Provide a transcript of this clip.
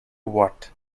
what